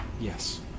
yes